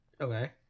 okay